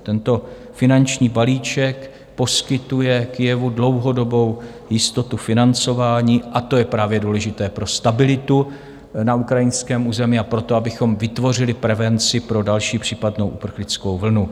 Tento finanční balíček poskytuje Kyjevu dlouhodobou jistotu financování a to je právě důležité pro stabilitu na ukrajinském území a pro to, abychom vytvořili prevenci pro další případnou uprchlickou vlnu.